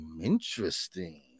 Interesting